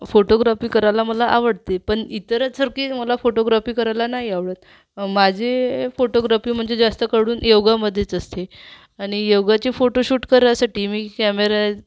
photography करायला मला आवडते पण इतरांसारखे मला फोटोग्राफी करायला नाही आवडत माझे फोटोग्राफी म्हणजे जास्तकरून योगामध्येच असते आणि योगाचे फोटो शूट करायसाठी मी कॅमेरात